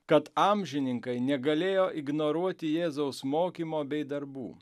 kad amžininkai negalėjo ignoruoti jėzaus mokymo bei darbų